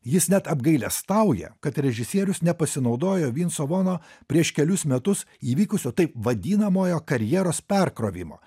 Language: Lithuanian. jis net apgailestauja kad režisierius nepasinaudojo vinco vono prieš kelius metus įvykusio taip vadinamojo karjeros perkrovimo